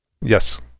Yes